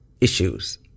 issues